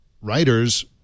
writers